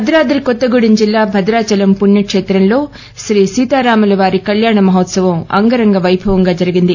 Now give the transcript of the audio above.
భద్రాద్రి కొత్తగూడెం జిల్లా భద్రాచలం దివ్య పుణ్యక్షేత్రంలో శ్రీ సీతారాము వారి కళ్యాణ మహోత్సవం ఆంగరంగ వైభవంగా జరిగింది